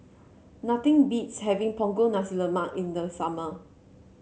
nothing beats having Punggol Nasi Lemak in the summer